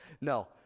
No